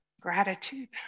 gratitude